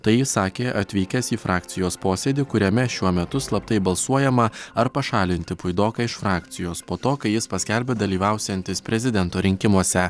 tai jis sakė atvykęs į frakcijos posėdį kuriame šiuo metu slaptai balsuojama ar pašalinti puidoką iš frakcijos po to kai jis paskelbė dalyvausiantis prezidento rinkimuose